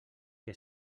que